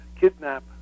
kidnap